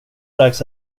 dags